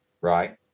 right